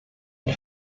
und